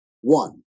One